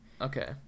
Okay